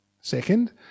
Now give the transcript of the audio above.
Second